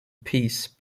peace